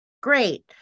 great